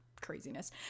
craziness